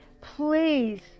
Please